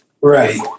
Right